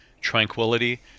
tranquility